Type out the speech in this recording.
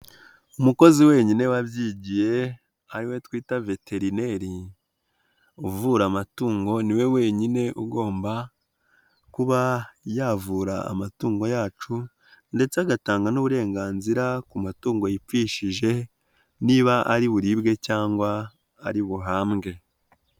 Umukozi wenyine wabyigiye ari we twita veterineri uvura amatungo, ni we wenyine ugomba kuba yavura amatungo yacu ndetse agatanga n'uburenganzira ku matungo yipfushije, niba ari buribwe cyangwa ari buhambwe.